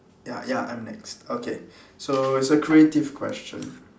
ya ya I'm next okay so it's a creative question